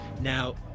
now